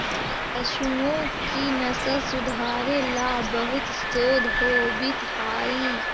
पशुओं की नस्ल सुधारे ला बहुत शोध होवित हाई